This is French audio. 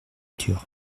voiture